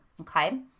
okay